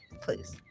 please